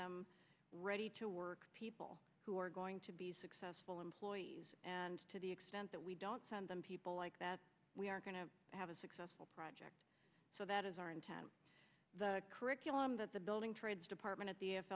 them ready to work people who are going to be successful employees and to the extent that we don't send them people like that we are going to have a successful project so that is our intent the curriculum that the building trades department at the